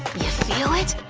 you feel it?